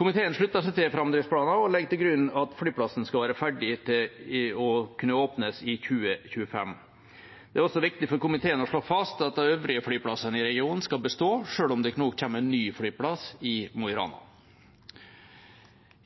legger til grunn at flyplassen skal være ferdig til å kunne åpnes i 2025. Det er også viktig for komiteen å slå fast at de øvrige flyplassene i regionen skal bestå selv om det nå kommer en ny flyplass i Mo i Rana.